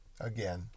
again